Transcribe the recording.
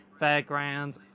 fairground